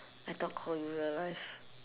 I thought call real life